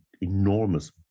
enormous